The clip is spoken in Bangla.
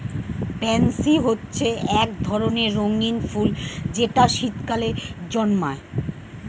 প্যান্সি হচ্ছে এক ধরনের রঙিন ফুল যেটা শীতকালে জন্মায়